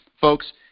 Folks